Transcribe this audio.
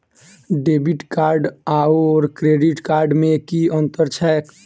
Debit card आओर credit card मे की अन्तर छैक?